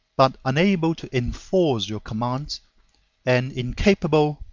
but unable to enforce your commands and incapable,